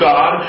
God